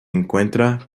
encuentra